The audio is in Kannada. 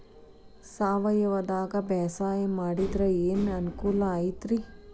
ಸಾವಯವದಾಗಾ ಬ್ಯಾಸಾಯಾ ಮಾಡಿದ್ರ ಏನ್ ಅನುಕೂಲ ಐತ್ರೇ?